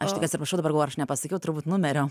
aš tik atsiprašau dabar galvo ar aš nepasakiau turbūt numerio